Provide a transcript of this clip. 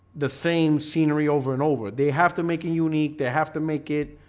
the same scenery over and over they have to make it unique. they have to make it,